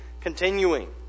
continuing